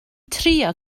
trio